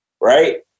right